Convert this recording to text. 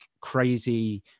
crazy